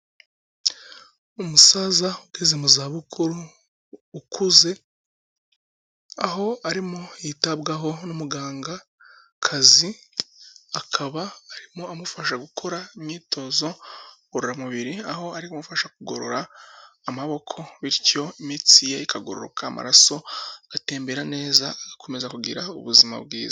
Umusaza ugeze mu za bukuru ukuze aho arimo yitabwaho n'umugangakazi akaba arimo amufasha gukora imyitozo ngororamubiri aho ari gufasha kugorora amaboko bityo imitsi ye ikagororoka amaraso agatembera neza agakomeza kugira ubuzima bwiza.